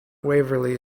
waverley